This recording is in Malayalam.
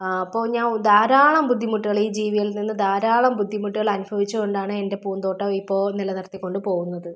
ആ അപ്പോൾ ഞാൻ ധാരാളം ബുദ്ധിമുട്ടുകൾ ഈ ജീവികളിൽ നിന്ന് ധാരാളം ബുദ്ധിമുട്ടുകൾ അനുഭവിച്ചു കൊണ്ടാണ് എൻ്റെ പൂന്തോട്ടം ഇപ്പോൾ നിലനിർത്തി കൊണ്ടു പോകുന്നത്